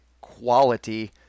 quality